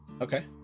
Okay